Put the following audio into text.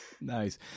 Nice